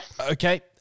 Okay